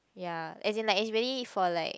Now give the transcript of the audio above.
ya as in like is really like for like